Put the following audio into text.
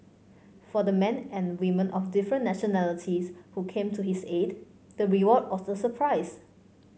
for the men and women of different nationalities who came to his aid the reward was a surprise